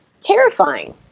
terrifying